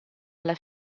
alla